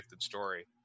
story